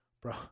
bro